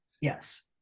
Yes